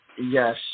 Yes